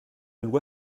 loi